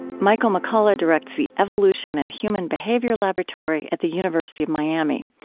michael mccullough directs the evolution and human behavior laboratory at the university of miami.